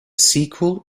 sequel